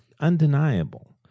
undeniable